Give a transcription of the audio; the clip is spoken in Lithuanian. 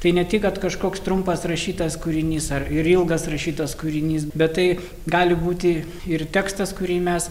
tai ne tik kad kažkoks trumpas rašytas kūrinys ar ir ilgas rašytas kūrinys bet tai gali būti ir tekstas kurį mes